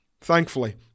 Thankfully